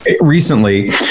recently